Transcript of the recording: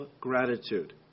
gratitude